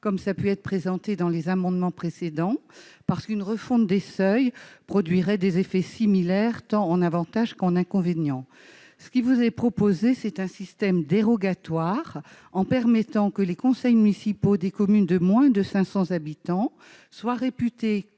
comme ça a pu être présenté dans les amendements précédents parce qu'une refonte des seuils produiraient des effets similaires, tant en Avantage qu'on inconvénient : ce qui vous est proposé, c'est un système dérogatoire en permettant que les conseils municipaux des communes de moins de 500 habitants soit réputés